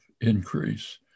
increase